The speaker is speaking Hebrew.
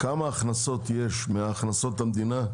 כמה הכנסות יש מהכנסות המדינה,